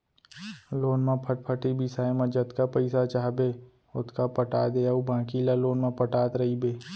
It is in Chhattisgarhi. लोन म फटफटी बिसाए म जतका पइसा चाहबे ओतका पटा दे अउ बाकी ल लोन म पटात रइबे